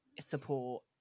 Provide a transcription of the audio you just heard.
support